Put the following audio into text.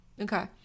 okay